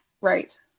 Right